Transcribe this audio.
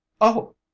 Oh